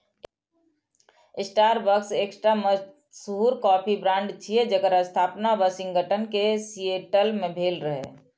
Starbucks एकटा मशहूर coffee brand छियै, जेकर स्थापना वाशिंगटन के सिएटल मे भेल रहै